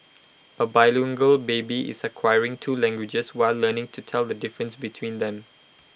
A bilingual baby is acquiring two languages while learning to tell the difference between them